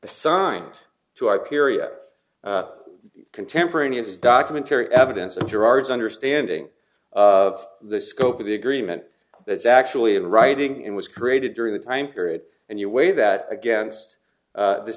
assigned to our period contemporaneous documentary evidence of gerard's understanding of the scope of the agreement that is actually in writing and was created during the time period and you weigh that against